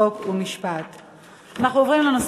חוק ומשפט נתקבלה.